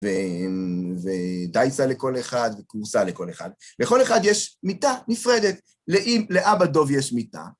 ודייסה לכל אחד, כורסא לכל אחד. לכל אחד יש מיטה נפרדת, לאבא דוב יש מיטה.